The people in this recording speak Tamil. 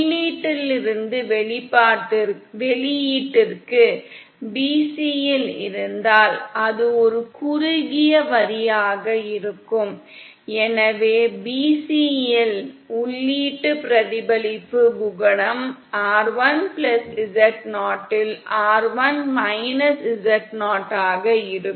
உள்ளீட்டிலிருந்து வெளியீட்டிற்கு bc யில் இருந்தால் அது ஒரு குறுகிய வரியாக இருக்கும் எனவே bc யில் உள்ளீட்டு பிரதிபலிப்பு குணகம் rl z0 இல் rl z0 ஆக இருக்கும்